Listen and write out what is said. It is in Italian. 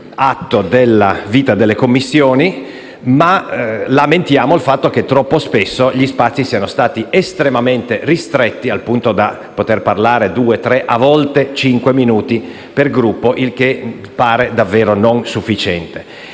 atto della vita delle Commissioni, ma lamentiamo il fatto che troppo spesso gli spazi siano stati estremamente ristretti, al punto da poter parlare due, tre, a volte cinque minuti per Gruppo: il che pare davvero non sufficiente.